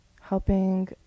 helping